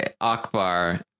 Akbar